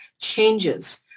changes